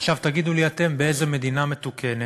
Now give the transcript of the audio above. עכשיו, תגידו לי אתם באיזו מדינה מתוקנת